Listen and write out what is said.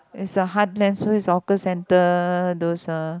is a heartlands so is hawker center those uh